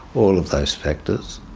all of those factors,